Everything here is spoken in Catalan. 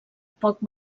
poc